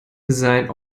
sein